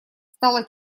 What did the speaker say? стало